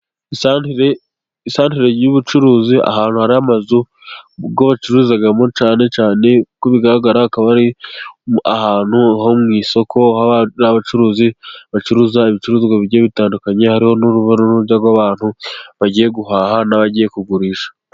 Isantere y'ubucuruzi, ahantu hari amazu, ubwo bacuruzamo cyane cyane, nk'uko bigaragara akaba ari ahantu ho mu isoko hari n'abacuruzi bacuruza ibicuruzwa bigiye bitandukanye, hari n'urujya n'uruza rw'abantu bagiye guhaha, n'abagiye kugurisha.